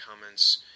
comments